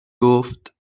گفت